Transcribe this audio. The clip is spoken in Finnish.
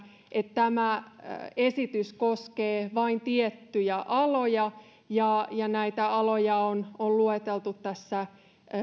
tämä esitys koskee vain tiettyjä aloja ja ja näitä aloja on on lueteltu tässä